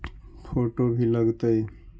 Photo भी लग तै?